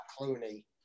Clooney